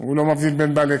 הוא לא מבדיל בין אוכלוסיות,